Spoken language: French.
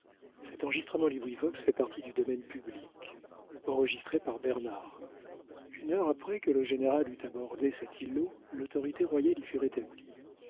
une heure après que le général eut abordé cet îlot l'autorité royale y fut rétablie